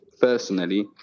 personally